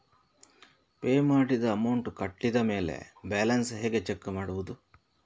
Pay ಮಾಡಿದ amount ಕಟ್ಟಿದ ಮೇಲೆ ಬ್ಯಾಲೆನ್ಸ್ ಹೇಗೆ ಚೆಕ್ ಮಾಡುವುದು?